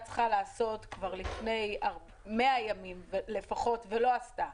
צריכה לעשות כבר לפני 100 ימים לפחות ולא עשתה.